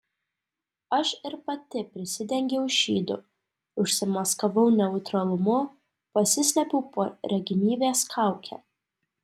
aš ir pati prisidengiau šydu užsimaskavau neutralumu pasislėpiau po regimybės kauke